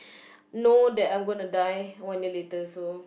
know that I am gonna die when they later so